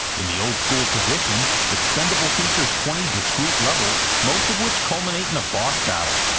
in the old-school tradition, expendable features twenty discrete levels most of which culminate in a boss battle,